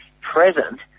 present